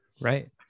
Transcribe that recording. Right